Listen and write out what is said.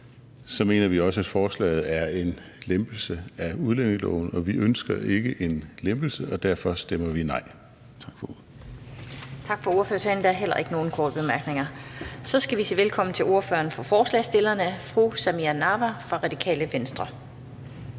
mener vi også, at forslaget er en lempelse af udlændingeloven, og vi ønsker ikke en lempelse – og derfor stemmer vi nej. Tak for ordet. Kl. 15:19 Den fg. formand (Annette Lind): Tak for ordførertalen. Der er heller ikke nogen korte bemærkninger. Så skal vi sige velkommen til ordføreren for forslagsstillerne, fru Samira Nawa fra Radikale Venstre.